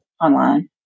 online